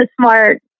smart